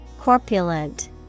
Corpulent